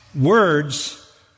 words